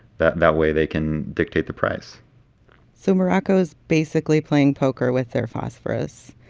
that that way, they can dictate the price so morocco is basically playing poker with their phosphorous,